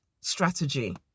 strategy